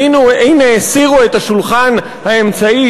והנה הסירו את השולחן האמצעי,